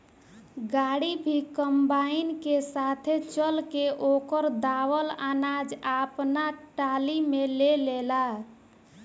गाड़ी भी कंबाइन के साथे चल के ओकर दावल अनाज आपना टाली में ले लेला